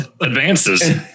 advances